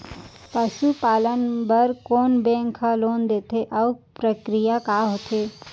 पसु पालन बर कोन बैंक ह लोन देथे अऊ प्रक्रिया का होथे?